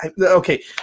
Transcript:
okay